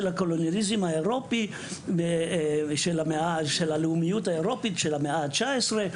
הקולוניאליזם האירופי ושל הלאומיות האירופית של המאה ה-19,